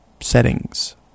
settings